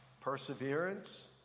perseverance